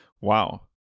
Wow